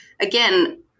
again